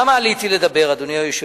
למה עליתי לדבר, אדוני היושב-ראש?